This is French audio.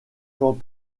quant